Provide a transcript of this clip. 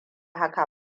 haka